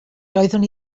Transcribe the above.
doeddwn